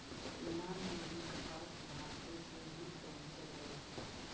यूनान में भी कपास भारते से ही पहुँचलई